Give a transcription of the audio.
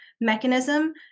mechanism